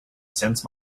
sense